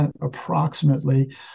approximately